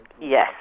Yes